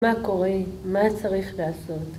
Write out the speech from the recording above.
מה קורה? מה צריך לעשות?